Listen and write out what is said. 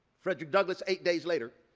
frederick douglas, eight days later,